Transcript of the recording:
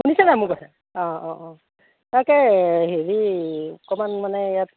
শুনিছেনে মোৰ কথা অঁ অঁ অঁ তাকে হেৰি অকণমান মানে ইয়াত